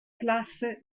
classe